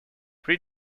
three